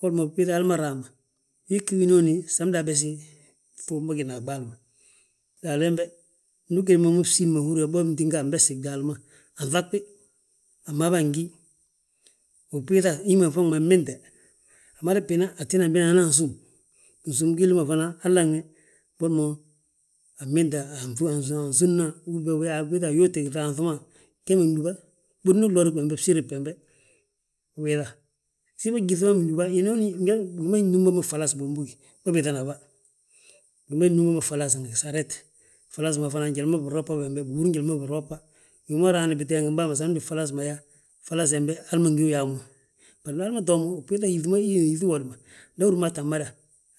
Boli ma ubbiiŧa hal ma raa ma, wii gí winooni samdi abesi ŧuub ma gina a ɓaali ma. Daali hembe ndu ugí ma mo bsín ma húri yaa, bo ntinga anbesti gdaal ma, anŧag bi. A mmaa bi angíyi ubbiiŧa hi ma faŋ ma nbinte, umabina antina bin anan súm. Nsúm gilli ma fana hallan wi, Boli mo, ansúmna, ubiiŧa ayuuti giŧaaŧi ma, gemma gdúba ɓudni glo gembe, bsiri bembe; Iyoo, siifa gyíŧi ma bindúba, hinooni bigi ma nnúm bommu gfalasi bombogi, bâbiiŧana bà, bi ma nnúm bommu gfalas ngi gsaret. Falas ma fana njali ma binros bà bembe, bihúri njali ma binros bà, wi ma raani biteengin bàa ma samindi gfalas ma yaaŧ, falas hembe. Hali ma ngu yaa mo, ndi hal ma too mo ubbiiŧa yíŧi ma wooye, nda ahúri mo aa tta mada,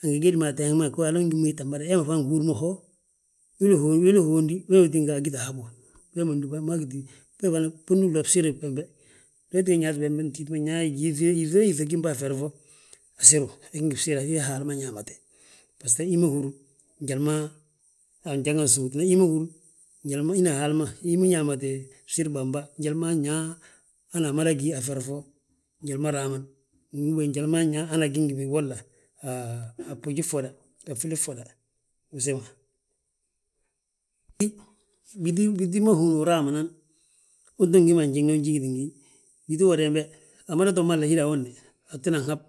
angi gédi mo ateengi hala ma ngi bo ii tta mada hemma fana ngi húr mo ho wili uhondi wee tinga agiti habo. Wee ma ndúba, mma bembe, ɓuni glo bsiri bembe, wee ti nyaate bembe ntíiti ma gyíŧe, yíŧoo yíŧi gim be a feri fo, asiru agi ngi bsire, wee Haala ma ñaamate. Baso hí ma húru njali ma anjanga sóotina, hi ma húri njali ma, hin Haala ma hi ma hi ñaamati bsiri bamba. Njali ma nyaa hana mada gí a feri fo, njali ma raa man, uben njali ma nyaa hana agí ngi bigolla a boji ffoda a filli ffoda, usiim ma. Hi bíŧi ma húri yaa uraa man unto ngi hi ma anjiŋne unjiigiti ngi hi, biti uwodi hembe, amada to mahla hina awodi, atinan hab.